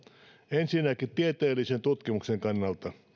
ensinnäkin tieteellisen tutkimuksen kannalta